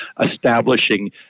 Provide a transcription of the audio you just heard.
establishing